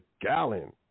gallon